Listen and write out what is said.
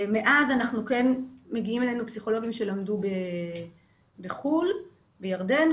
מאז מגיעים אלינו פסיכולוגים שלמדו בחו"ל, בירדן.